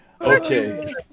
okay